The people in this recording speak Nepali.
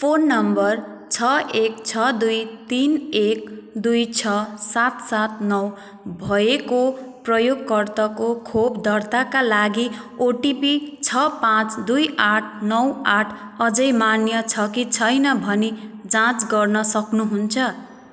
फोन नम्बर छ एक छ दुई तिन एक दुई छ सात सात नौ भएको प्रयोगकर्ताको खोप दर्ताका लागि ओटिपी छ पाँच दुई आठ नौ आठ अझै मान्य छ कि छैन भनी जाँच गर्न सक्नुहुन्छ